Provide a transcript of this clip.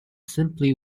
simply